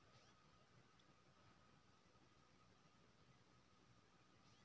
बहुतेक बीमा केर गहिंकी अपन पाइ केँ समय पर नहि लए पबैत छै